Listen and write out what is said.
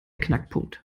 knackpunkt